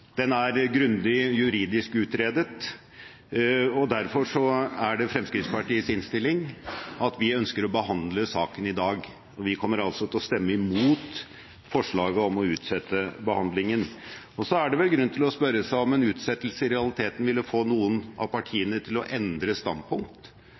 Den er grundig juridisk utredet. Derfor er det Fremskrittspartiets innstilling at vi ønsker å behandle saken i dag. Vi kommer altså til å stemme imot forslaget om å utsette behandlingen. Det er grunn til å spørre seg om en utsettelse i realiteten ville fått noen av